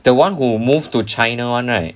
the one who moved to china one right